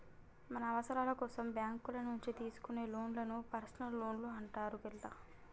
మన అవసరాల కోసం బ్యేంకుల నుంచి తీసుకునే లోన్లను పర్సనల్ లోన్లు అంటారు గిట్లా